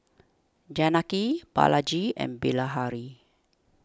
Janaki Balaji and Bilahari